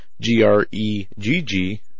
g-r-e-g-g